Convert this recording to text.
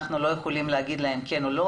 אנחנו לא יכולים להגיד להם כן או לא